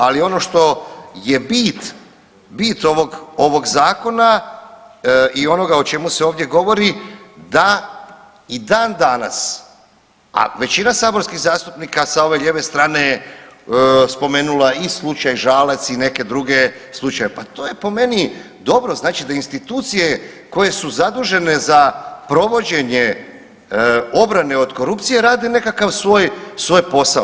Ali ono što je bit, bit ovog zakona i onoga o čemu se ovdje govori da i dan danas, a većina saborskih zastupnika sa ove lijeve strane je spomenula i slučaj Žalac i neke druge slučajeve, pa to je po meni dobro, znači da institucije koje su zadužene za provođenje obrane od korupcije rade nekakav svoj, svoj posao.